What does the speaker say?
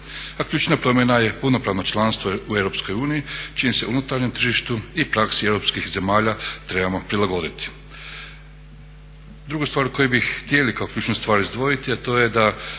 A ključna promjena je punopravno članstvo u EU čijem se unutarnjem tržištu i praksi europskih zemalja trebamo prilagoditi. Drugu stvar koju bi htjeli kao ključnu stvar izdvojiti, a to je